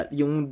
yung